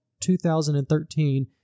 2013